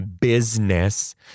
business